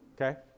Okay